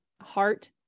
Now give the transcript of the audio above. heart